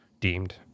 deemed